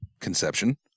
conception